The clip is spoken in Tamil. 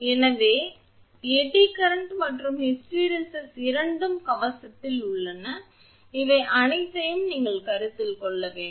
எனவே எடி கரண்ட் மற்றும் ஹிஸ்டிரெசிஸ் இரண்டும் கவசத்தில் உள்ளன இவை அனைத்தையும் நீங்கள் கருத்தில் கொள்ள வேண்டும்